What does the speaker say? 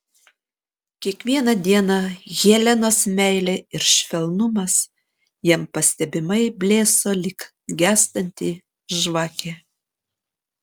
kiekvieną dieną helenos meilė ir švelnumas jam pastebimai blėso lyg gęstanti žvakė